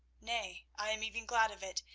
nay, i am even glad of it,